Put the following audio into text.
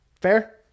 Fair